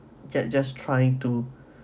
get just trying to